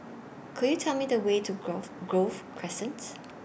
Could YOU Tell Me The Way to Grove Grove Crescents